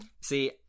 See